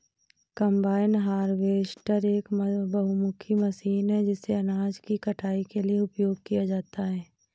combine harvester एक बहुमुखी machine है जिसे अनाज की कटाई के लिए उपयोग किया जाता है